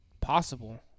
possible